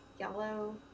Yellow